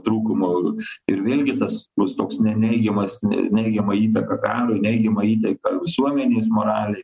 trūkumu ir vėlgi tas bus toks neigiamas neigiamą įtaką karui neigiama įtaka visuomenės moralė